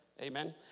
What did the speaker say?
Amen